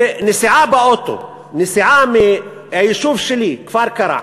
בנסיעה באוטו, נסיעה מהיישוב שלי, כפר-קרע,